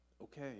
okay